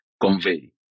convey